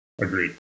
agreed